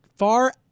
far